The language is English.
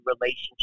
relationship